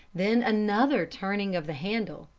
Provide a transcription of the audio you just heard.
then another turning of the handle,